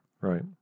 Right